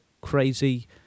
crazy